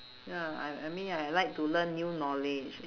ya I I mean I like to learn new knowledge